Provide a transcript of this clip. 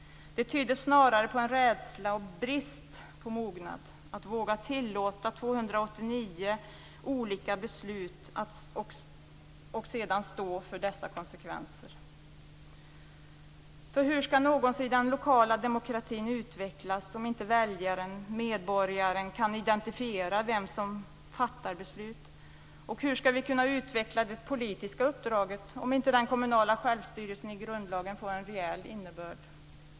Det tyder snarare på en brist på mognad och rädsla för att tillåta kommunerna att fatta 289 olika beslut och sedan stå för konsekvenserna. Hur skall någonsin den lokala demokratin utvecklas om inte väljaren/medborgaren kan identifiera den som fattar beslut? Hur skall vi kunna utveckla det politiska uppdraget om inte den kommunala självstyrelsen i grundlagen får en reell innebörd?